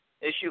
Issue